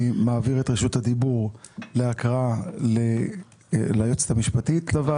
אני מעביר את רשות הדיבור להקראה ליועצת המשפטית לוועדה.